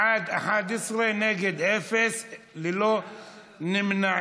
בעד, 11, נגד אפס, ללא נמנעים.